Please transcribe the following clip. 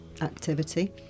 activity